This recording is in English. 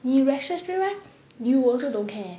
你有 rashes 对吗你 will also don't care